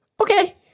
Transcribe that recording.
okay